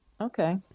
Okay